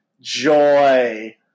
joy